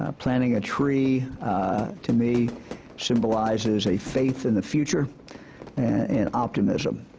ah planting a tree to me symbolizes a faith in the future and optimism.